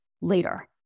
later